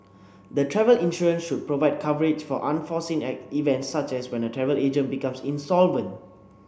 the travel insurance should provide coverage for unforeseen at event such as when a travel agent becomes insolvent